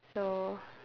so